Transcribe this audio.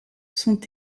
sont